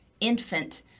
infant